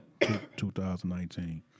2019